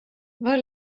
var